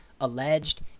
alleged